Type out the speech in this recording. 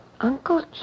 Uncle